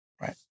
Right